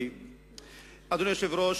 אדוני היושב-ראש,